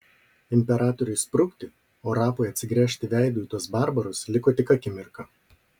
imperatoriui sprukti o rapui atsigręžti veidu į tuos barbarus liko tik akimirka